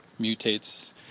mutates